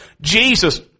Jesus